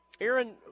Aaron